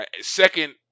second